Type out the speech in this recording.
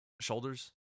shoulders